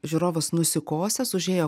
žiūrovas nusikosės užėjo